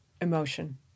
emotion